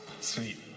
Sweet